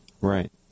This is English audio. Right